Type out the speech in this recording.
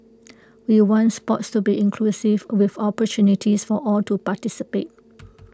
we want Sport to be inclusive with opportunities for all to participate